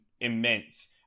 immense